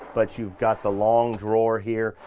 but you've got the long drawer here,